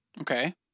okay